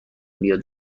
بیاد